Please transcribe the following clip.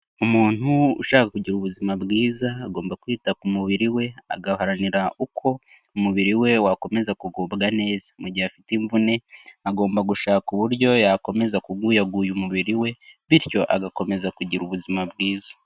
Umuntu ushaka kugira ubuzima bwiza agomba kwita ku mubiri we, agaharanira uko umubiri we wakomeza kugubwa neza. Mu gihe afite imvune agomba gushaka uburyo yakomeza kuguyaguya umubiri we bityo agakomeza kugira ubuzima bwiza.